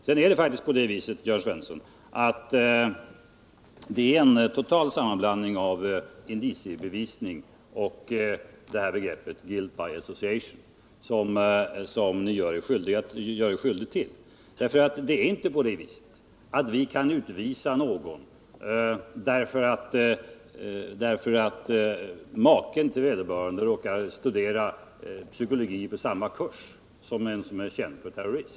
Sedan är det faktiskt på det sättet, Jörn Svensson, att ni gör er skyldig — Nr 55 till en total sammanblandning av indiciebevisning och begreppet guilt by association. Vi kan inte utvisa någon därför att maken till vederbörande råkar studera psykologi på samma kurs som en som är känd = för terrorism.